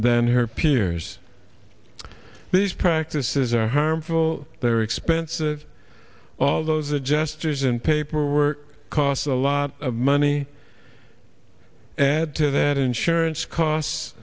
than her peers based practices are harmful they're expensive all those adjusters and paperwork costs a lot of money and to that insurance costs